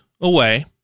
away